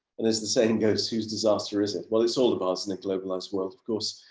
and as the saying goes to disaster is and what it's all about in a globalized world, of course,